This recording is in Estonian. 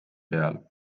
peal